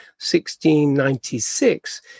1696